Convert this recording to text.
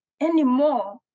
anymore